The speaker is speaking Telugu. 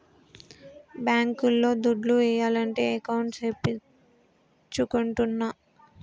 బ్యాంక్ లో దుడ్లు ఏయాలంటే అకౌంట్ సేపిచ్చుకుంటాన్న